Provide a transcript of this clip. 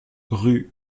rue